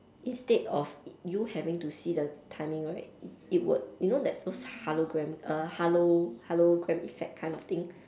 instead of you having to see the timing right it would you know there's those hologram err holo~ hologram effect kind of thing